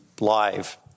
live